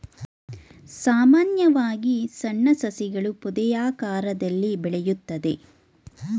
ಸಾಮಾನ್ಯವಾಗಿ ಸಣ್ಣ ಸಸಿಗಳು ಪೊದೆಯಾಕಾರದಲ್ಲಿ ಬೆಳೆಯುತ್ತದೆ